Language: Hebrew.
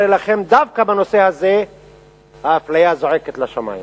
הרי לכם דווקא בנושא הזה האפליה זועקת לשמים.